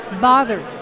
bothered